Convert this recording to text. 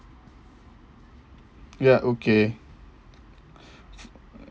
ya okay